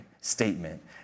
statement